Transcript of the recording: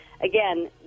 again